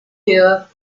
hair